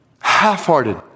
Half-hearted